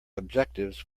objectives